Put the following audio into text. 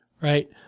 right